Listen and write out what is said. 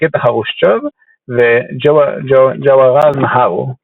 ניקיטה חרושצ'וב וג'ווהרלל נהרו.